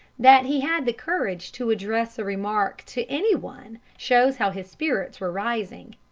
that he had the courage to address a remark to any one shows how his spirits were rising.